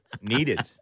needed